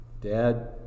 dad